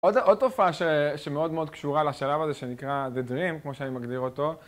עוד תופעה שמאוד מאוד קשורה לשלב הזה שנקרא The Dream, כמו שאני מגדיר אותו.